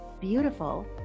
beautiful